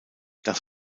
das